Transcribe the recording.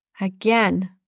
again